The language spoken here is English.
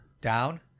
Down